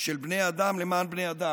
של בני אדם למען בני אדם.